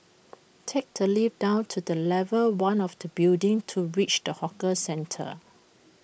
take the lift down to level one of the building to reach the hawker centre